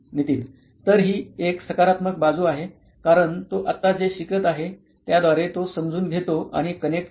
नितीन तर ही एक सकारात्मक बाजू आहे कारण तो आत्ता जे शिकत आहे त्याद्वारे तो समजून घेतो आणि कनेक्ट करतो आहे